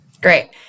Great